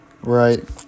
right